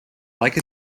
like